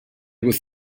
with